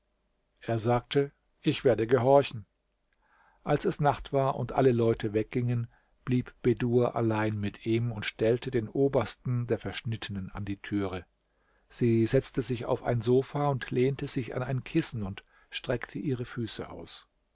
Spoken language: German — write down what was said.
er sagte ich werde gehorchen als es nacht war und alle leute weggingen blieb bedur allein mit ihm und stellte den obersten der verschnittenen an die türe sie setzte sich auf ein sofa und lehnte sich an ein kissen und streckte ihre füße aus